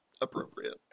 appropriate